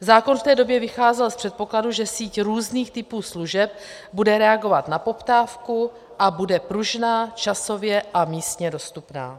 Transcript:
Zákon v té době vycházel z předpokladu, že síť různých typů služeb bude reagovat na poptávku a bude pružná časově a místně dostupná.